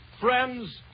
Friends